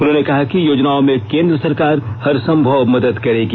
उन्होंने कहा कि योजनाओं में केंद्र सरकार हरसंभव मदद करेगी